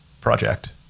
project